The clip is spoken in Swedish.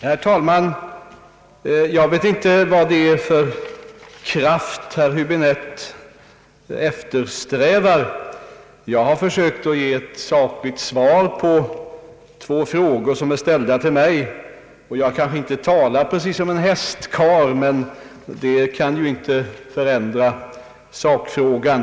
Herr talman! Jag vet inte vad det är för kraft herr Häbinette efterlyser. Jag har försökt att ge sakliga svar på två frågor som ställts till mig. Att jag inte kan tala precis som en hästkarl kan ju inte förändra sakfrågan.